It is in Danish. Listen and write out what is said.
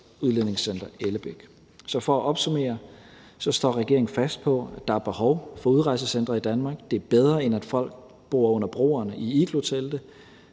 Udlændingecenter Ellebæk. Så for at opsummere vil jeg sige, at regeringen står fast på, at der er behov for udrejsecentre i Danmark. Det er bedre, end at folk bor under broer i iglotelte.